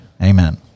Amen